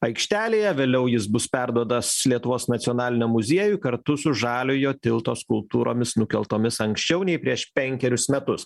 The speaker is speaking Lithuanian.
aikštelėje vėliau jis bus perduotas lietuvos nacionaliniam muziejui kartu su žaliojo tilto skulptūromis nukeltomis anksčiau nei prieš penkerius metus